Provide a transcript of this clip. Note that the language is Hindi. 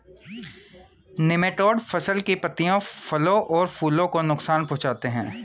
निमैटोड फसल की पत्तियों फलों और फूलों को नुकसान पहुंचाते हैं